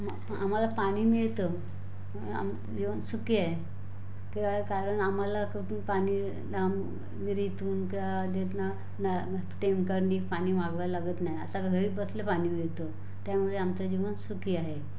आम्हा आम्हाला पाणी मिळतं आम ईवन सुखी आहे त्याला कारण आम्हाला कुठून पाणी लांब विहिरीतून क्याआ तिथून न् टेमकलनी पाणी मागवायला लागत नाही आता घरीबसल्या पाणी मिळतं त्यामुळे आमचं जीवन सुखी आहे